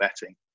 betting